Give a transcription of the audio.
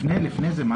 לפני זה.